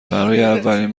اولین